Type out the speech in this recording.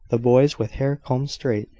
the boys with hair combed straight,